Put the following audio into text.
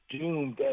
doomed